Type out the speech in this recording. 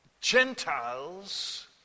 Gentiles